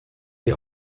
die